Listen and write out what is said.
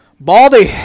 Baldy